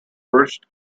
first